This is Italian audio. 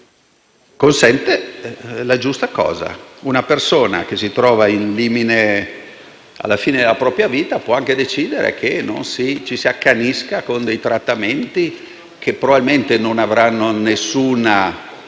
Consente la giusta cosa, cioè che una persona che si trova alla fine della propria vita può anche decidere che non ci si accanisca con dei trattamenti che probabilmente non avranno alcuna